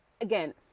again